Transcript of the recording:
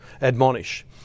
admonish